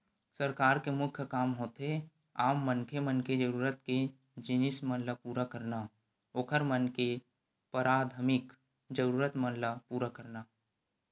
सरकार के मुख्य काम होथे आम मनखे मन के जरुरत के जिनिस मन ल पुरा करना, ओखर मन के पराथमिक जरुरत मन ल पुरा करना